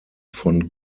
von